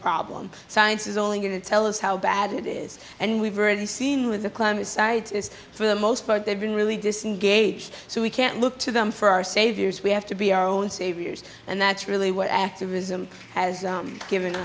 problem science is only going to tell us how bad it is and we've already seen with the climate scientists for the most part they've been really disengaged so we can't look to them for our saviors we have to be our own saviors and that's really what activism has given